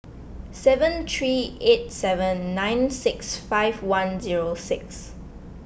seven three eight seven nine six five one zero six